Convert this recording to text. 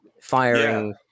Firing